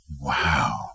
Wow